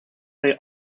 they